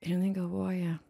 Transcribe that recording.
ir jinai galvoja